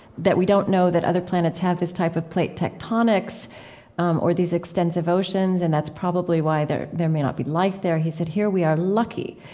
that we don't know that other planets have this type of plate tectonics um or these extensive oceans, and that's probably why there there may not be life there. he said here we are lucky.